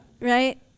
Right